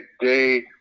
day